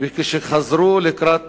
וכשחזרו לקראת